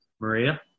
Maria